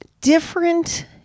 different